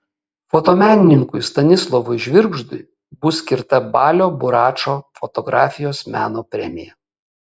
fotomenininkui stanislovui žvirgždui bus skirta balio buračo fotografijos meno premija